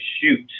shoot